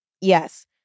Yes